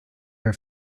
her